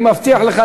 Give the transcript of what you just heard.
אני מבטיח לך,